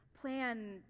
plan